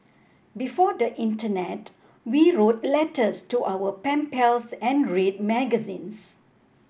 before the internet we wrote letters to our pen pals and read magazines